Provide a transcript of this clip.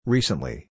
Recently